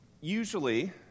usually